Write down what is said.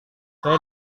saya